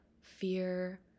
fear